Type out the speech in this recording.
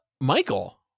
Michael